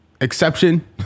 exception